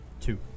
Two